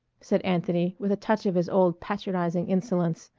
said anthony with a touch of his old patronizing insolence.